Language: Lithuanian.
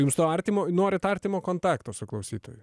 jums to artimo norit artimo kontakto su klausytoju